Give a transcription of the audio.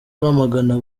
rwamagana